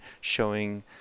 showing